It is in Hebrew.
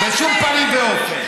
תוותרו על הכסף.